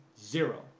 Zero